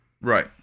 Right